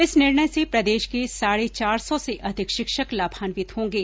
इस निर्णय से प्रदेश के साढे चार सौ से अधिक शिक्षक लाभान्वित होंगे